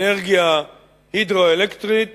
אנרגיה הידרו-אלקטרית